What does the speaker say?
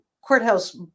courthouse